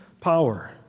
power